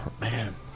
Man